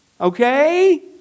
Okay